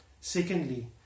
secondly